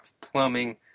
plumbing